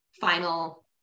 final